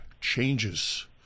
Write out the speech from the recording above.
changes